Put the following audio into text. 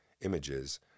images